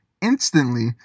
instantly